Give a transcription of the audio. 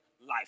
Life